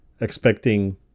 expecting